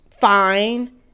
fine